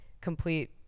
complete